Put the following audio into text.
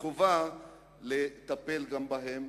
וחובה לטפל גם בהן,